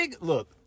Look